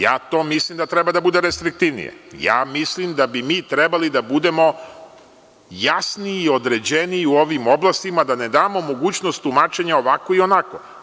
Ja to mislim da treba da bude restriktivnije, ja mislim da bi mi trebali da budemo jasniji i određeniji u ovim oblastima da ne damo mogućnost tumačenja ovako i onako.